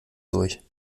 durch